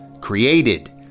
created